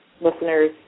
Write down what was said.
listeners